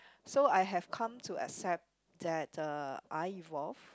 so I have come to accept that uh I evolve